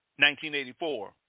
1984